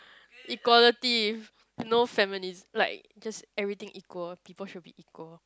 equality no feminism like just everything equal people should be equal